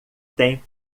tem